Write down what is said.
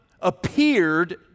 appeared